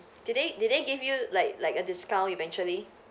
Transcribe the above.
did they did they give you like like a discount eventually